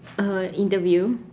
uh interview